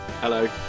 Hello